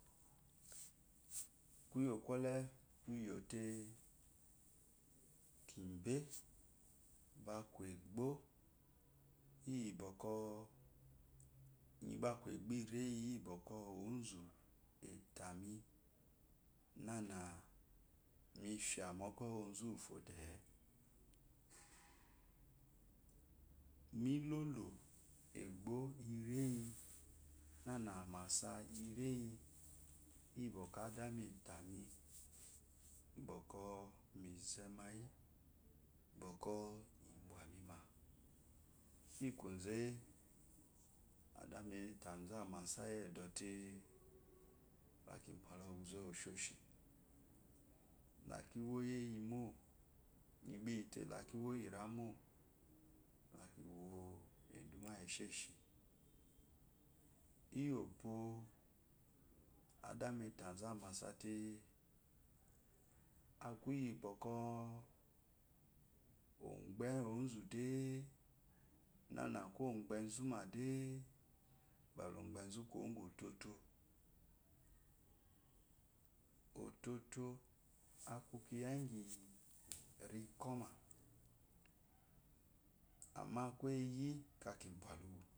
Kuyo kwɔle kuyete kibe baku egbo iyi bwɔkwɔ ibe aku egbo ireyii bwɔkwɔ onzu etami nana mi fya mogwo wuzuwufo de milolo egbo ireyi la amasa ireyi yibwɔkwɔ adami etami bwɔkwɔ mize mayi bwɔ ibwa mime iyikoze adami etazu amase iyi edote laki bwetu oguze mu eshesh lake iyi oymo nyigbe iyite lakiwo iyirawo lakiwo iyi eshishi iyopwo adami etazu amase te akuyibwɔkwɔ ogbe ozu de kuwo goro ototo ototo akukya gyin rikoma amma aku eyi ka i bwaluwu.